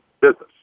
business